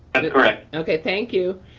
and correct. okay, thank you.